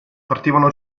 partivano